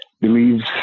believes